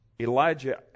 Elijah